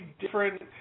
different